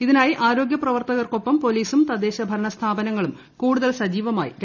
ഇതിനായി ആരോഗ്യപ്രവർത്തകർക്കൊപ്പം പോലീസും തദ്ദേശ ഭരണ സ്ഥാപനങ്ങളും കൂടുതൽ സജീവമായി രംഗത്തിറങ്ങും